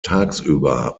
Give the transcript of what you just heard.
tagsüber